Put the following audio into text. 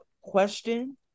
question